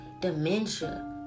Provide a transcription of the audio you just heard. dementia